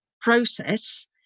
process